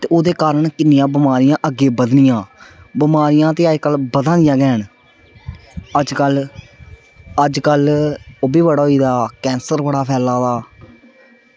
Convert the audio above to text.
ते ओह्दे कारण किन्नियां बमारियां अग्गें बधनियां बमारियां ते अजकल्ल बधादियां गै हैन अजकल्ल अजकल्ल ओह्बी बड़ा होई दा कैंसर बड़ा फैला दा